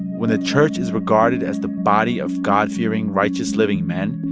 when the church is regarded as the body of god-fearing, righteous-living men,